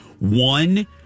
One